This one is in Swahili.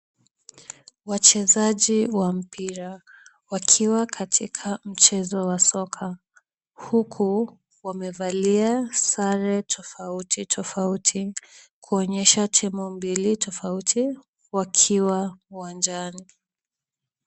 Wachezaji wa mpira, wakiwa katika mchezo wa soka, huku wamevalia sare tofauti tofauti, kuonyesha timu mbili tofauti wakiwa uwanjani.